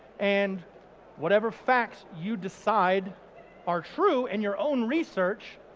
and whatever facts you decide are true in your own research,